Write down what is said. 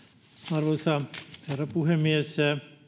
arvoisa herra puhemies